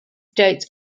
states